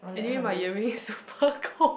anyways my earrings super cold